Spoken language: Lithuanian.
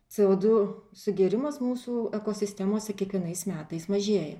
co du sugėrimas mūsų ekosistemose kiekvienais metais mažėja